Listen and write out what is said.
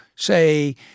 say